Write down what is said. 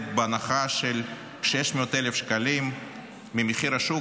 בהנחה של 600,000 שקלים ממחיר השוק,